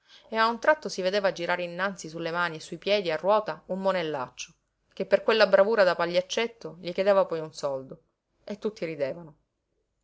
e a un tratto si vedeva girar innanzi su le mani e sui piedi a ruota un monellaccio che per quella bravura da pagliaccetto gli chiedeva poi un soldo e tutti ridevano